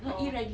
oh